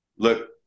Look